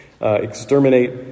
exterminate